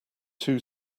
two